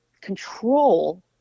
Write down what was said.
control